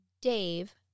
Dave